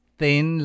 thin